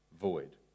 void